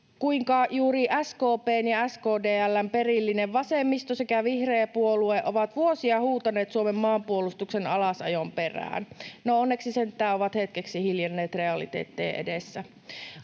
kuinka juuri SKP:n ja SKDL:n perillinen vasemmisto sekä vihreä puolue ovat vuosia huutaneet Suomen maanpuolustuksen alasajon perään. No onneksi sentään ovat hetkeksi hiljenneet realiteettien edessä.